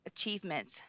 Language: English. achievements